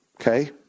Okay